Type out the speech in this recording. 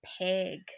pig